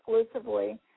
exclusively